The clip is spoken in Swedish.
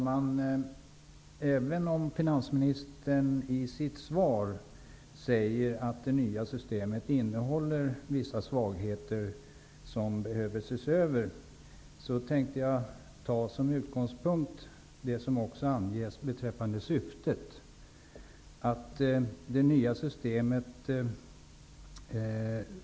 Herr talman! Finansministern säger i sitt svar att det nya systemet innhåller vissa svagheter som behöver ses över. Jag tänker ändå ta som utgångspunkt det som anges som ett syfte i det nya systemet.